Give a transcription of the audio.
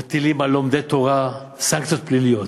מטילים על לומדי תורה סנקציות פליליות,